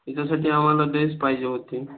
त्याच्यासाठी आम्हाला ड्रेस पाहिजे होते